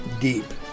deep